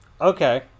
Okay